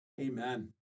Amen